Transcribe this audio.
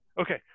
okay